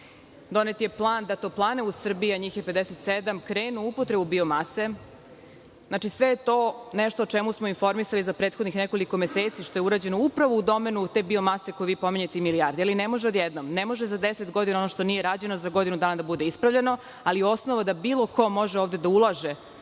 Donet je plan da toplane u Srbiji, a njih je 57 krenu u upotrebu biomase. Sve to je nešto o čemu smo informisani za prethodnih nekoliko meseci, što je urađeno u domenu te biomase u kojoj pominjete milijarde, ali ne može odjednom. Ne može za deset godina oni što nije rađeno za godinu dana da bude ispravljeno. Osnov da bilo ko može da ulaže